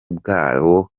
bwabo